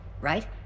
right